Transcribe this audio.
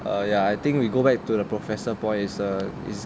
err ya I think we go back to the professor point is a is